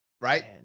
right